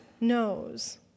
knows